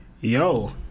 Yo